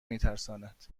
میترساند